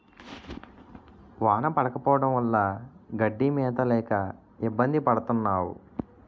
వాన పడకపోవడం వల్ల గడ్డి మేత లేక ఇబ్బంది పడతన్నావు